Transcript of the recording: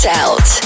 out